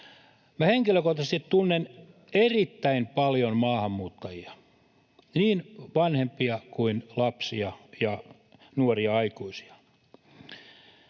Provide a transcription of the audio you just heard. Minä henkilökohtaisesti tunnen erittäin paljon maahanmuuttajia, niin vanhempia kuin lapsia ja nuoria aikuisia,